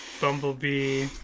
Bumblebee